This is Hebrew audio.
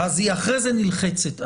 היא אחרי זה נלחצת.